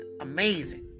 amazing